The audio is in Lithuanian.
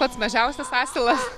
pats mažiausias asilas